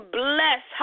bless